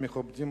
המכובדים,